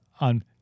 on